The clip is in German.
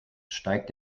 steigt